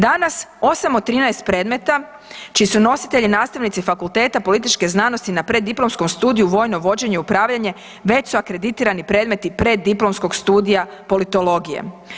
Danas 8 od 13 predmeta čiji su nositelji nastavnici Fakulteta političkih znanosti na preddiplomskom studiju vojno vođenje i upravljanje već akreditirani predmeti preddiplomskog studija politologije.